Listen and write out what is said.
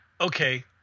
okay